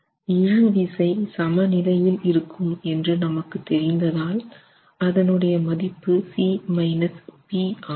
இழுவிசை சமநிலையில் இருக்கும் என்று நமக்கு தெரிந்ததால் அதனுடைய மதிப்பு C P ஆகும்